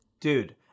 Dude